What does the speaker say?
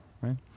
right